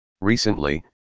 Recently